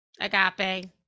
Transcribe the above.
Agape